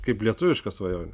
kaip lietuviška svajonė